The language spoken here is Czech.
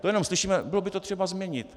To jenom slyšíme: Bylo by to třeba změnit.